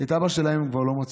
את אבא שלהן כבר לא מצאו,